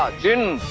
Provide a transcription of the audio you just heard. ah genie.